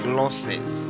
losses